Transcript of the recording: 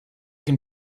can